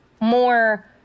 more